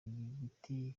igiti